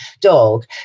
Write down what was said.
dog